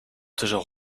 tussen